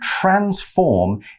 transform